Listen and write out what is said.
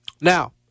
Now